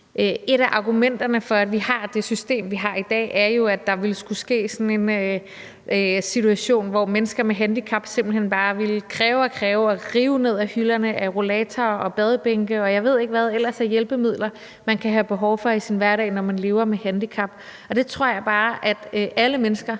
Et af argumenterne for, at vi har det system, vi har i dag, er, at der ellers skulle opstå sådan en situation, hvor mennesker med handicap simpelt hen bare ville kræve og kræve og rive ned af hylderne med rollatorer, badebænke, og jeg ved ikke, hvad ellers af hjælpemidler man kan have behov for i sin hverdag, når man lever med handicap. Det tror jeg bare at alle mennesker,